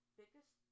Biggest